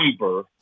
number